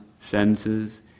senses